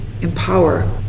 empower